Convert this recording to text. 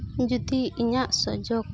ᱡᱩᱫᱤ ᱤᱧᱟᱜ ᱥᱩᱡᱳᱜᱽ